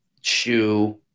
shoe